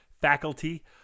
faculty